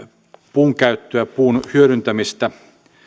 puun käyttöä puun hyödyntämistä